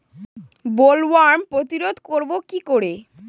Bollworm প্রতিরোধ করব কি করে?